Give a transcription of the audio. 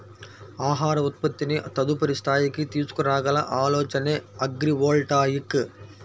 ఆహార ఉత్పత్తిని తదుపరి స్థాయికి తీసుకురాగల ఆలోచనే అగ్రివోల్టాయిక్